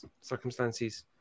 circumstances